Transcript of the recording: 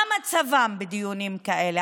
מה מצבם בדיונים כאלה?